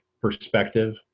perspective